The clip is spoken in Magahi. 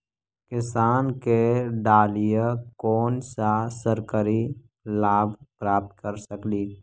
किसान के डालीय कोन सा सरकरी लाभ प्राप्त कर सकली?